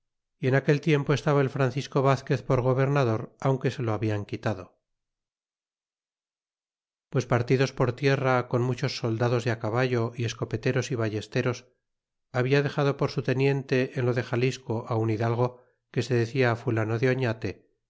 y en aquel tiempo estaba el francisco vazquez por gobernador aunque se lo habian quitado pues partidos por tierra con muchos soldados de caballo escopeteros y ballesteros habia dexado por su teniente en lo de xalisco un hidalgo que se decia fulano de oñate